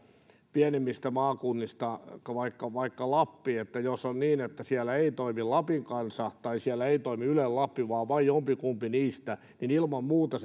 pienimmistä maakunnista lappi niin jos on niin että siellä ei toimi lapin kansa tai siellä ei toimi yle lappi vaan vain jompi kumpi niistä niin ilman muuta